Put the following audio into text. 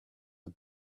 the